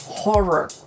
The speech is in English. horror